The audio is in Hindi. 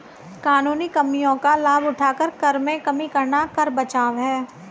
कानूनी कमियों का लाभ उठाकर कर में कमी करना कर बचाव है